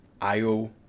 IO